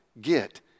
get